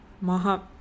Maha